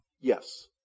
Yes